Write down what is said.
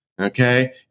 Okay